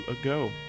ago